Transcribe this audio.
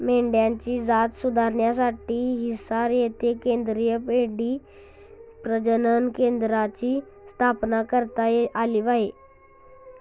मेंढ्यांची जात सुधारण्यासाठी हिसार येथे केंद्रीय मेंढी प्रजनन केंद्राची स्थापना करण्यात आली आहे